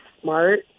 smart